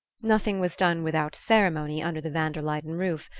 nothing was done without ceremony under the van der luyden roof,